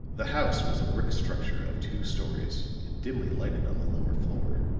the house was a brick structure of two stories and dimly lighted on the lower floor.